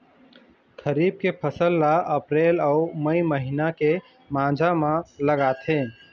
खरीफ के फसल ला अप्रैल अऊ मई महीना के माझा म लगाथे